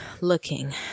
looking